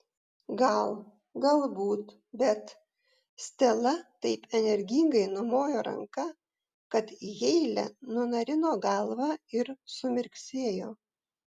gal galbūt bet stela taip energingai numojo ranka kad heile nunarino galvą ir sumirksėjo